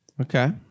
Okay